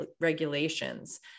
Regulations